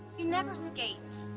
you never skate.